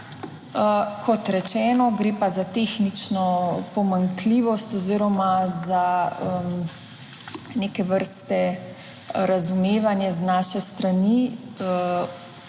Kot rečeno, gre pa za tehnično pomanjkljivost oziroma za neke vrste razumevanje z naše strani